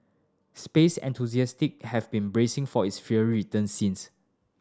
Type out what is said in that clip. space enthusiast have been bracing for its fiery return since